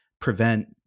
prevent